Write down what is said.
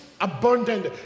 abundant